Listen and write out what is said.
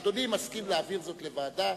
אדוני מסכים להעביר זאת לוועדה?